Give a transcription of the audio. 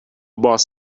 boss